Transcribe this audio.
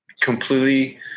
completely